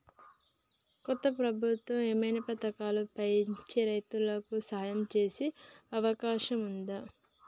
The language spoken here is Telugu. కొత్త ప్రభుత్వం ఏమైనా పథకాలు పెంచి రైతులకు సాయం చేసే అవకాశం ఉందా?